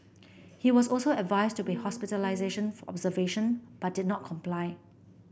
he was also advised to be hospitalised for observation but did not comply